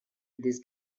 this